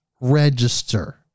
register